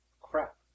crap